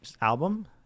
album